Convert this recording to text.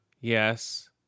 Yes